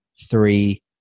three